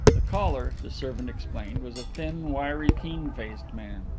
the caller, the servant explained, was a thin, wiry, keen-faced man.